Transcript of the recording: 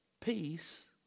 peace